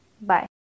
Bye